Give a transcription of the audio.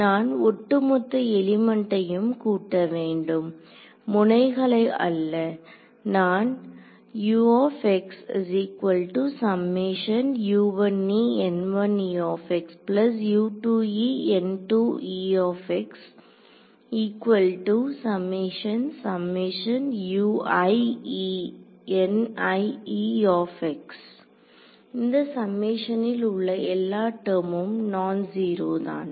நான் ஒட்டுமொத்த எலிமெண்டையும் கூட்டவேண்டும் முனைகளை அல்ல நான் இந்த சம்மேஷனில் உள்ள எல்லா டெர்மும் நான் ஜீரோ தான்